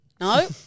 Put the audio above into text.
No